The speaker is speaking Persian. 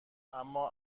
اما